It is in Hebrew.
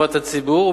לטובת הציבור,